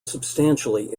substantially